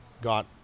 got